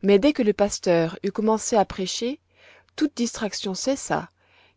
mais dès que le pasteur eut commencé à prêcher toute distraction cessa